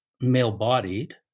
male-bodied